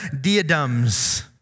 diadems